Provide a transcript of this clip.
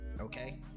Okay